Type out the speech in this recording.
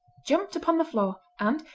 jumped upon the floor, and,